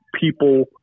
people